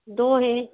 दो हैं